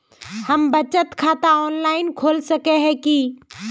हम बचत खाता ऑनलाइन खोल सके है की?